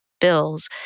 bills